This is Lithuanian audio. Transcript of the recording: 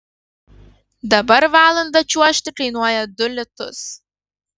dabar valandą čiuožti kainuoja du litus